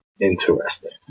interesting